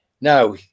Now